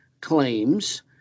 claims